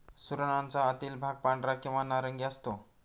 सुरणाचा आतील भाग पांढरा किंवा नारंगी असतो